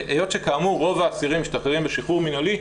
היות שכאמור רוב האסירים משתחררים בשחרור מינהלי,